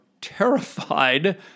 terrified